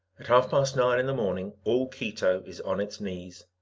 at half past nine in the morning all quito is on its knees,